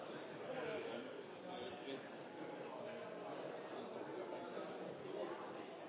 Her er det